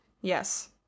Yes